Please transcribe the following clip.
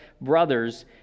brothers